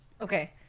okay